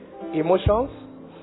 emotions